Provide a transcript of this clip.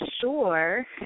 sure